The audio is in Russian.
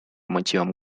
мотивам